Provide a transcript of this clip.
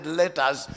letters